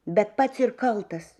bet pats ir kaltas